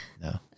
No